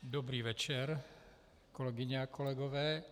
Dobrý večer, kolegyně a kolegové.